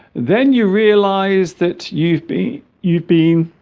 then you realize that you'd be you'd be